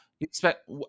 expect